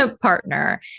partner